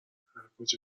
هرکجا